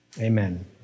Amen